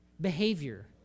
behavior